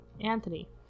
Anthony